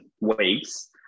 weeks